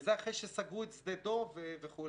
וזה אחרי שסגרו את שדה דוב וכולי.